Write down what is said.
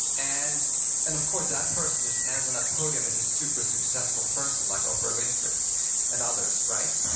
and and of course that person who stands on that podium is a super successful person like oprah winfrey and others, right?